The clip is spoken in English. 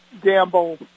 gamble